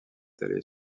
allait